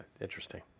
interesting